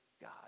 god